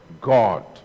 God